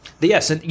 Yes